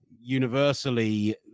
universally